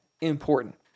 important